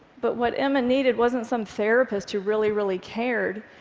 but what emma needed wasn't some therapist who really, really cared.